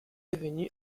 devenu